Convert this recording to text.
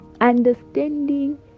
understanding